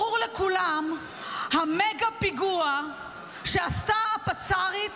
ברור לכולם המגה-פיגוע שעשתה הפצ"רית